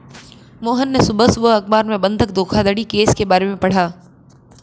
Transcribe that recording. मोहन ने सुबह सुबह अखबार में बंधक धोखाधड़ी केस के बारे में पढ़ा